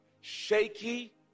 shaky